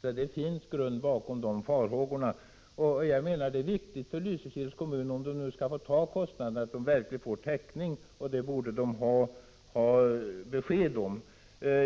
Det finns grund bakom dessa farhågor. Jag menar att om Lysekils kommun skall ta kostnaderna är det viktigt att den verkligen får täckning för dem. Det borde kommunen få besked om.